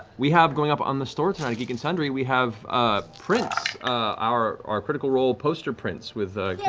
we have going up on the store tonight at geek and amp sundry, we have ah prints our our critical role poster prints with yeah